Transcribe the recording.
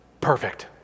perfect